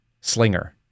slinger